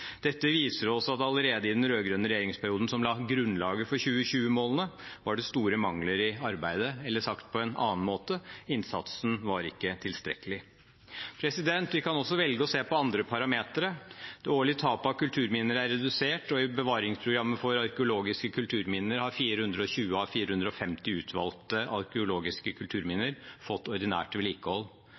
Dette viser oss at allerede i den rød-grønne regjeringsperioden, som la grunnlaget for 2020-målene, var det store mangler i arbeidet. Eller sagt på en annen måte: Innsatsen var ikke tilstrekkelig. Vi kan også velge å se på andre parametere. Det årlige tapet av kulturminner er redusert, og i bevaringsprogrammet for arkeologiske kulturminner har 420 av 450 utvalgte arkeologiske kulturminner fått ordinært vedlikehold.